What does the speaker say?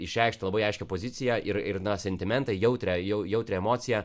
išreikšt labai aiškią poziciją ir ir na sentimentai jautrią jau jautrią emociją